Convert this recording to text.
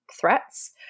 threats